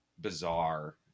bizarre